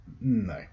No